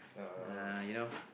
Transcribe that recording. uh you know